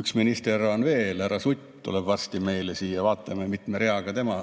üks minister on veel, härra Sutt tuleb varsti meile siia. Vaatame mitme reaga tema